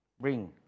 bring